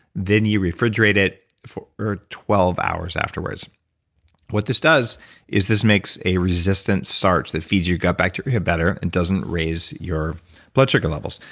then, you refrigerate it for twelve hours afterwards what this does is this makes a resistant starch that feeds your gut bacteria better and doesn't raise your blood sugar levels.